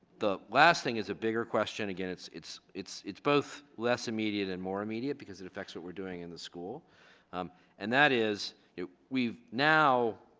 the last thing is a bigger question again it's it's it's both less immediate and more immediate because it affects what we're doing in the school um and that is it we now